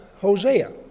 hosea